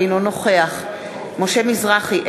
אינו נוכח משה מזרחי,